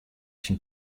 syn